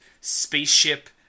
spaceship